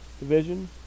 Division